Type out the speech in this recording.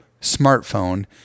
smartphone